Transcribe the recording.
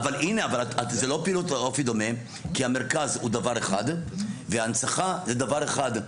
זה לא פעילות עם אופי דומה כי המרכז הוא דבר אחד והנצחה זה דבר אחד.